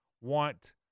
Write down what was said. want